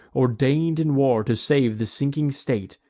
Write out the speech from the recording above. ordain'd in war to save the sinking state,